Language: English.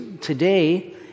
today